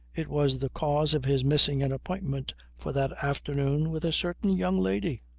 it was the cause of his missing an appointment for that afternoon with a certain young lady.